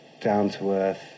down-to-earth